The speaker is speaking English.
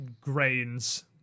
grains